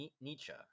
nietzsche